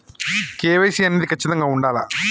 KYC అనేది ఖచ్చితంగా ఉండాలా?